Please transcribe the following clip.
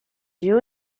you